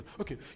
Okay